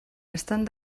estan